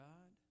God